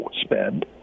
spend